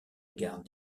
garde